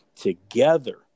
together